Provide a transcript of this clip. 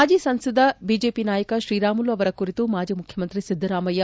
ಮಾಜಿ ಸಂಸದ ಬಿಜೆಪಿ ನಾಯಕ ಶ್ರೀ ರಾಮುಲು ಅವರ ಕುರಿತು ಮಾಜಿ ಮುಖ್ಯಮಂತ್ರಿ ಸಿದ್ದರಾಮಯ್ಯ